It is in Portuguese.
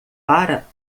para